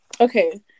okay